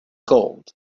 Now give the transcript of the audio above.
gold